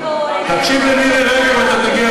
תקשיב למירי רגב, אתה תגיע